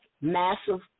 massive